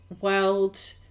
world